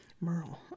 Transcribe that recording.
merle